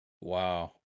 wow